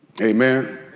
Amen